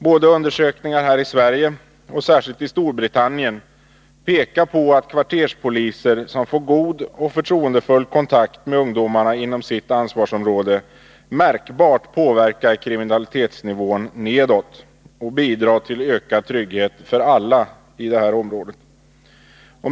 Både undersökningar här i Sverige och särskilt i Storbritannien pekar på att kvarterspoliser som får god och förtroendefull kontakt med ungdomarna inom sitt ansvarsområde märkbart påverkar kriminalitetsnivån nedåt och bidrar till ökad trygghet för alla i området.